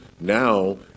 now